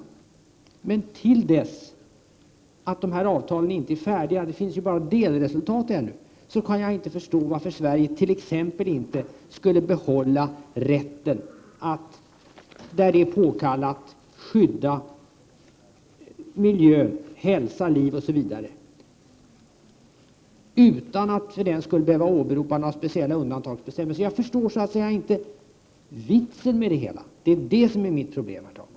Men dessa avtal är ännu inte färdiga — det föreligger hittills endast delresultat. Jag kan då inte förstå varför Sverige inte skulle behålla rätten att när det är påkallat skydda miljö, hälsa och liv utan att för den skull behöva åberopa några speciella undantagsbestämmelser. Jag förstår så att säga inte vitsen med det hela. Det är det som är mitt problem, herr talman.